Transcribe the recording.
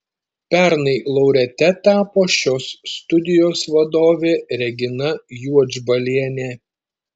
pernai laureate tapo šios studijos vadovė regina juodžbalienė